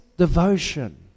Devotion